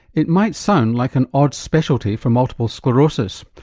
it might sound like an odd speciality for multiple sclerosis,